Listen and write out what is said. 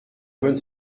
bonne